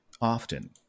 often